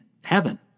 heaven